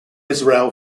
israel